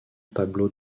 pablo